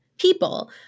people